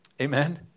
Amen